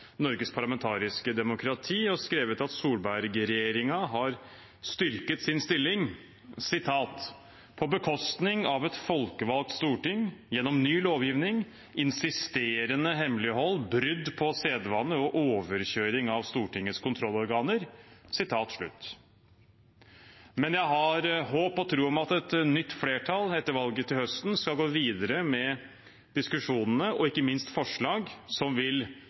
Norges parlamentariske demokrati og skrevet at Solberg-regjeringen har styrket sin stilling «på bekostning av et folkevalgt storting», og at det har skjedd gjennom «ny lovgivning, insisterende hemmelighold, brudd på sedvane og overkjøring av Stortingets kontrollorganer». Men jeg har håp om og tro på at et nytt flertall etter valget til høsten skal gå videre med diskusjonene – og ikke minst med forslag som vil